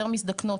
יותר מזדקנות,